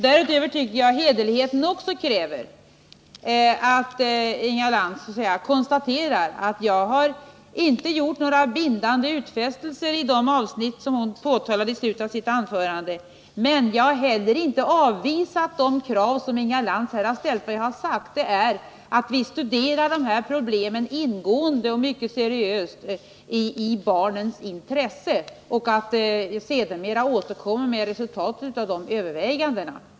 Därutöver tycker jag att hederligheten också kräver att Inga Lantz konstaterar att jag inte gjort några bindande utfästelser i de avsnitt hon tog uppislutet av sitt anförande. Men jag har heller inte avvisat de krav som Inga Lantz här har ställt. Vad jag har sagt är att vi studerar dessa problem ingående och mycket seriöst i barnens intresse och att vi sedermera skall återkomma med resultaten av våra överväganden.